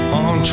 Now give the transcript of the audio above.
on